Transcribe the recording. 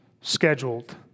scheduled